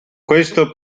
questo